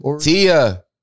Tia